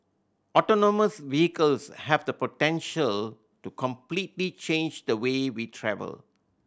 autonomous vehicles have the potential to completely change the way we travel